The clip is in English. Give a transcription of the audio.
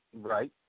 right